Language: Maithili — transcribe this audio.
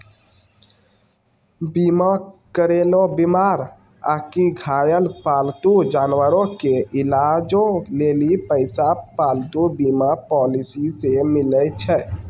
बीमा करैलो बीमार आकि घायल पालतू जानवरो के इलाजो लेली पैसा पालतू बीमा पॉलिसी से मिलै छै